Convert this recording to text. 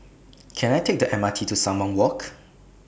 Can I Take The M R T to Sumang Walk